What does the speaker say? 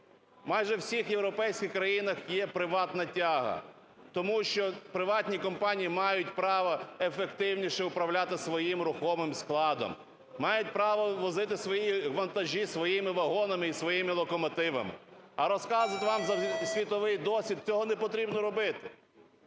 Майже у всіх європейських країнах є приватна тяга, тому що приватні компанії мають право ефективніше управляти своїм рухомим складом, мають право возити свої вантажі своїми вагонами і своїми локомотивами. А розказувати вам за світовий досвід – цього не потрібно робити.